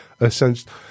essentially